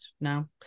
now